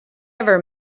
ever